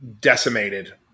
decimated